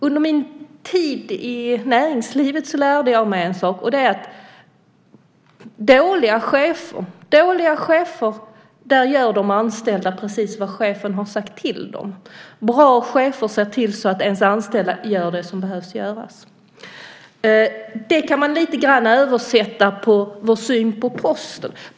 Under min tid i näringslivet lärde jag mig en sak, och det är att med dåliga chefer gör de anställda precis vad chefen har sagt till dem. Bra chefer ser till att deras anställda gör det som behöver göras. Det kan man lite grann översätta till vår syn på Posten.